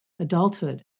adulthood